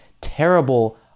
terrible